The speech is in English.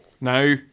Now